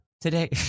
Today